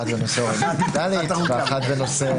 אחת בנושא אוריינות דיגיטלית ואחת בנושא